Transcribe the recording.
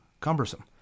cumbersome